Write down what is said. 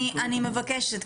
אני מבקשת.